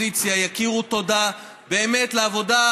הגיע הזמן שגם באופוזיציה יכירו תודה על עבודה,